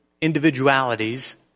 individualities